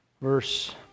verse